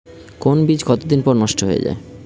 কোন বীজ কতদিন পর নষ্ট হয়ে য়ায়?